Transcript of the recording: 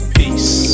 peace